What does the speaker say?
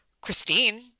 Christine